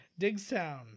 Digstown